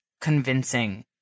convincing